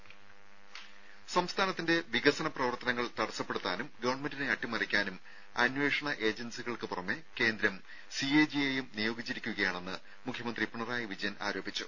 രും സംസ്ഥാനത്തിന്റെ വികസന പ്രവർത്തനങ്ങൾ തടസ്സപ്പെടുത്താനും ഗവൺമെന്റിനെ അട്ടിമറിക്കാനും അന്വേഷണ ഏജൻസികൾക്ക് നിയോഗിച്ചിരിക്കുകയാണെന്ന് മുഖ്യമന്ത്രി പിണറായി വിജയൻ ആരോപിച്ചു